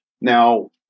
Now